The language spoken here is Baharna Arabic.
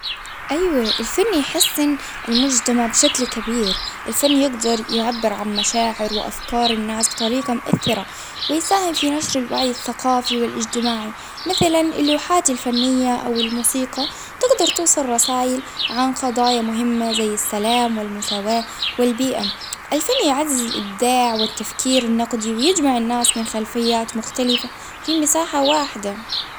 أيوة الفن يحسن المجتمع بشكل كبير، الفن يقدر يعبر عن مشاعر وأفكار الناس طريقة مؤثرة، ويساهم في نشر الوعي الثقافي والإجتماعي، مثلا اللوحات الفنية أو الموسيقى تقدر توصل رسائل عن فضايا مهمة زي السلام، والمساواة والبيئة، الفن يعزز الإبداع والتفكير النقدي، ويجمع الناس من خلفيات مختلفة في مساحة واحدة.